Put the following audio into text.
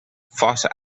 fawcett